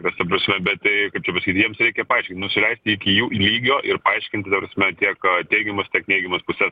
bet ta prasme bet tai kaip čia pasakyt bet jiems reikia paaiškint nusileisti iki jų lygio ir paaiškinti ta prasme tiek teigiamas tiek neigiamas puses